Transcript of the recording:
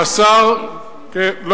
אורי, אני חתום שם?